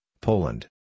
Poland